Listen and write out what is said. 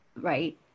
Right